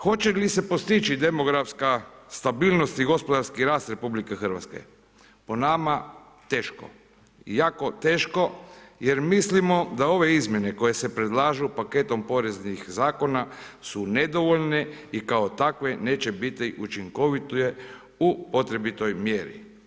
Hoće li se postići demografska stabilnost i gospodarski rast RH, po nama teško, jako teško jer mislimo da ove izmjene koje se predlažu paketom poreznih zakona su nedovoljne i kao takve neće biti učinkovite u potrebitoj mjeri.